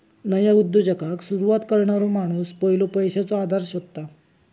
नया उद्योगाक सुरवात करणारो माणूस पयलो पैशाचो आधार शोधता